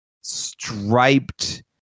striped